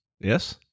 Yes